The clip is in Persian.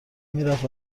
میرفت